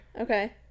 okay